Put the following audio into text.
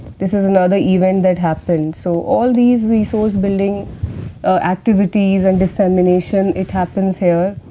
this is another event that happened. so, all these resource building activities and dissemination, it happens here,